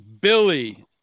Billy